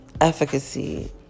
efficacy